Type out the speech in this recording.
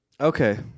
Okay